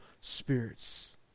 spirits